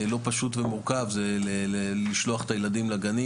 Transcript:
לא פשוט ומורכב זה לשלוח את הילדים לגנים